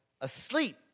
asleep